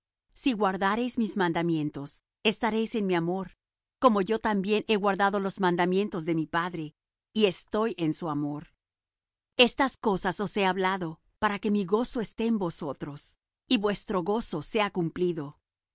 si guardareis mis mandamientos estaréis en mi amor como yo también he guardado los mandamientos de mi padre y estoy en su amor estas cosas os he hablado para que mi gozo esté en vosotros y vuestro gozo sea cumplido